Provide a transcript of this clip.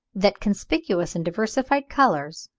that conspicuous and diversified colours,